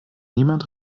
niemand